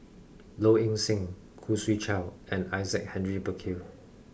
Low Ing Sing Khoo Swee Chiow and Isaac Henry Burkill